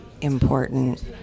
important